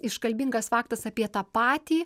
iškalbingas faktas apie tą patį